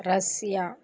Russia